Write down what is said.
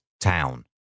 town